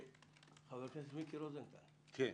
חבר הכנסת רוזנטל, בבקשה.